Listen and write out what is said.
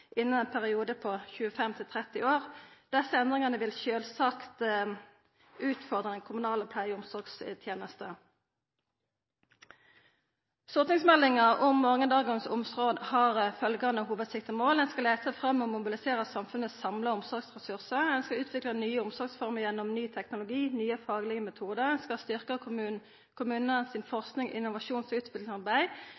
innan ein periode på 25–30 år. Desse endringane vil sjølvsagt utfordra den kommunale pleie- og omsorgstenesta. Stortingsmeldinga om morgondagens omsorg har følgjande hovudsiktemål: Ein skal leita fram og mobilisera samfunnet sine samla omsorgsressursar, ein skal utvikla nye omsorgsformer gjennom ny teknologi og nye faglege metodar, ein skal styrkja kommunane